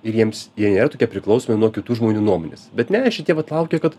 ir jiems jie nėra tokie priklausomi nuo kitų žmonių nuomonės bet ne šitie vat laukia kad